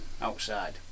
outside